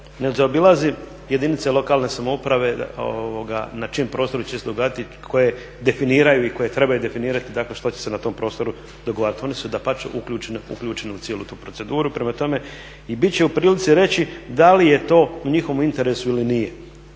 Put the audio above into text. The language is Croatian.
ne zaobilazi jedinice lokalne samouprave na čijim prostorima će se događati, koje definiraju i koje trebaju definirati, dakle što će se na tom prostoru dogovarati. One su dapače uključene u cijelu tu proceduru. Prema tome i bit će u prilici reći da li je to u njihovu interesu ili nije.